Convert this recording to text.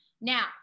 Now